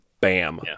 bam